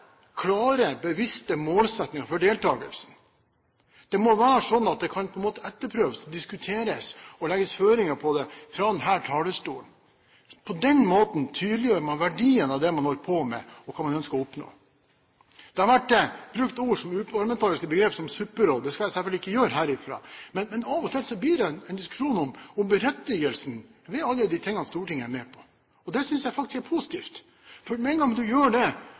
klare, bevisste målsettinger for deltagelsen. Det må være sånn at det på en måte kan etterprøves, diskuteres og legges føringer på det fra denne talerstolen. På den måten tydeliggjør man verdien av det man holder på med, og hva man ønsker å oppnå. Det har vært brukt ord og uparlamentariske begrep som «supperåd». Det skal jeg selvfølgelig ikke gjøre her, men av og til blir det en diskusjon om berettigelsen ved alle de tingene stortingsrepresentantene er med på. Det synes jeg faktisk er positivt, for med en gang en gjør det,